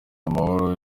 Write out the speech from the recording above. amahoro